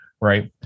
right